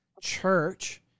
church